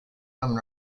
women